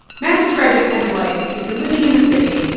matt described it kind of like, if you're living in a city,